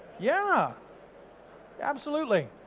yeah absolutely.